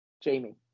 Jamie